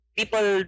people